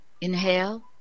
inhale